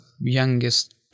youngest